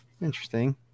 Interesting